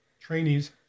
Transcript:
trainees